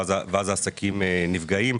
ואז העסקים נפגעים.